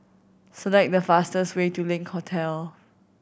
select the fastest way to Link Hotel